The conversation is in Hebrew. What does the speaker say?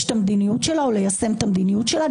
את המדיניות שלה או ליישם את המדיניות שלה.